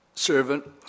servant